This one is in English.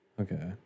Okay